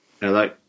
Hello